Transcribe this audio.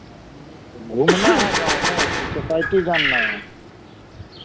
घूमना है गाँव में कि सोसाइटी जानना है